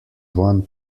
one